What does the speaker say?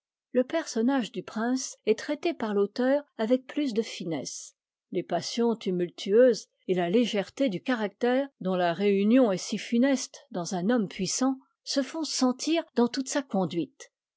le personnage du prince est traité par l'auteur avec plus de finesse les passions tumultueuses et la légèreté du caractère dont la réunion est si funeste dans un homme puissant se font sentir dans toute sa conduite